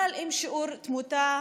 אבל שיעור תמותה